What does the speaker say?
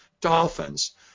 dolphins